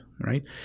Right